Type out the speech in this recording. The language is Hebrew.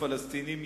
הפלסטינים,